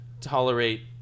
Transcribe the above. Tolerate